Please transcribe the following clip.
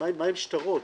מהם שטרות?